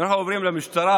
אם אנחנו עוברים למשטרה,